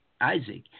Isaac